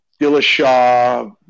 Dillashaw